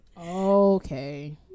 Okay